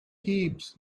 heaps